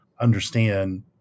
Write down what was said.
understand